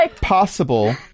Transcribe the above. possible